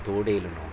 తోడేలును